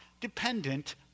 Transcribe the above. dependent